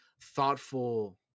thoughtful